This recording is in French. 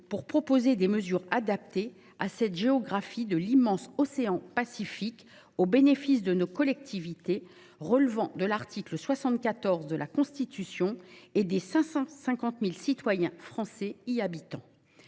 de proposer des mesures adaptées à cette géographie de l’immense océan Pacifique, au bénéfice de nos collectivités relevant de l’article 74 de la Constitution et des 550 000 citoyens français qui y résident.